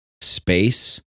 space